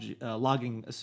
logging